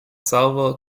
server